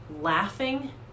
laughing